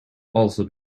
also